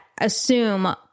assume